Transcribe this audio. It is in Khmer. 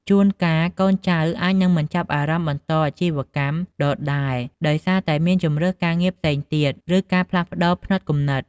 ជួនកាល កូនចៅអាចនឹងមិនចាប់អារម្មណ៍បន្តអាជីវកម្មដដែលដោយសារតែមានជម្រើសការងារផ្សេងទៀត ឬការផ្លាស់ប្ដូរផ្នត់គំនិត។